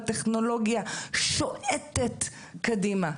הטכנולוגיה שועטת קדימה.